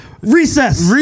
Recess